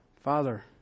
father